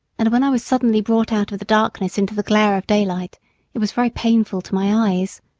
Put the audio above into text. and when i was suddenly brought out of the darkness into the glare of daylight it was very painful to my eyes.